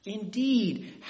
Indeed